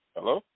Hello